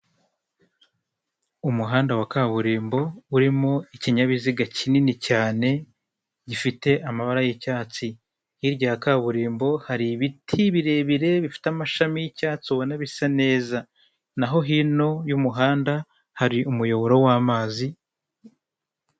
Umuhanda wa kaburimbo urimo ikinyabiziga kinini cyane gifite amabara y'icyatsi, hirya ya kaburimbo hari ibiti birebire bifite amashami y'icyatsi ubona bisa neza, naho hino y'umuhanda hari umuyoboro w'amazi.